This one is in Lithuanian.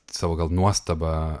savo gal nuostabą